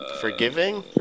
Forgiving